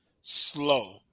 slow